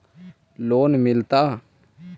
Loan मिलता?